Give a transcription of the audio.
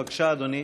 בבקשה, אדוני.